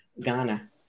Ghana